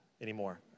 anymore